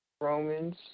Romans